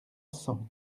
cent